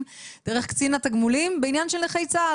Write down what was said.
דרך קצין התגמולים בעניין של נכי צה"ל.